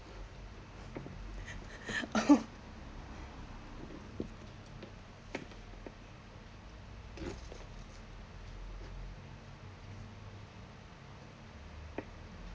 oh